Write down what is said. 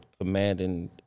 commanding